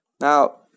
Now